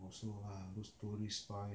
also ah those tourist spy